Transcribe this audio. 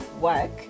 work